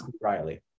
Riley